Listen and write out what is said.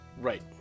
Right